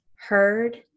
heard